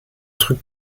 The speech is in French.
truc